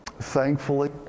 Thankfully